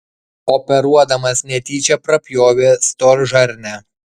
operuodamas netyčia prapjovė storžarnę